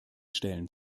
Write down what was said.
stellen